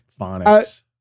phonics